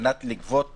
מנת לגבות